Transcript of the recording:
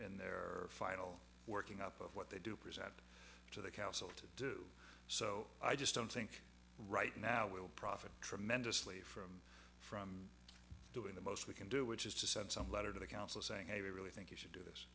are file working up of what they do present to the council to do so i just don't think right now will profit tremendously from from doing the most we can do which is to set some letter to the council saying hey we really think you should do this